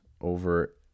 Over